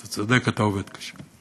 אתה צודק, אתה עובד קשה.